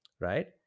right